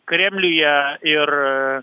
kremliuje ir